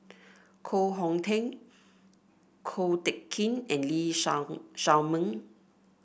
Koh Hong Teng Ko Teck Kin and Lee Shao Meng